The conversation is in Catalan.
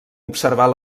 observar